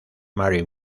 marty